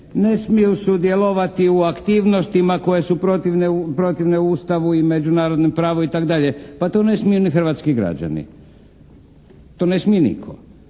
ne smiju sudjelovati u aktivnostima koje su protivne Ustavu i međunarodnom pravu itd. Pa to ne smiju ni hrvatski građani. To ne smije nitko.